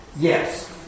Yes